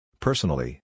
Personally